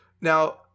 Now